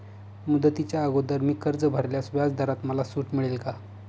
मुदतीच्या अगोदर मी कर्ज भरल्यास व्याजदरात मला सूट मिळेल का?